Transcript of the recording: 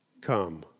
Come